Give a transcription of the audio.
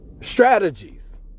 strategies